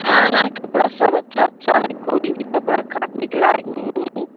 हाँ हाँ कपड़ा सब अच्छा अच्छा है कोई भी कपड़ा काटने के लायक नहीं है